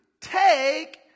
take